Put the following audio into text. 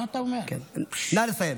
נא לסיים.